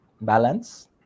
balance